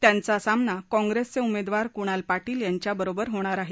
त्यांचा सामना कॉंग्रेसचे उमेदवार कुणाल पाटील यांच्याबरोबर होणार आहे